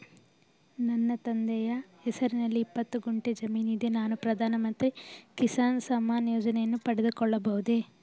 ನನ್ನ ತಂದೆಯ ಹೆಸರಿನಲ್ಲಿ ಇಪ್ಪತ್ತು ಗುಂಟೆ ಜಮೀನಿದೆ ನಾನು ಪ್ರಧಾನ ಮಂತ್ರಿ ಕಿಸಾನ್ ಸಮ್ಮಾನ್ ಯೋಜನೆಯನ್ನು ಪಡೆದುಕೊಳ್ಳಬಹುದೇ?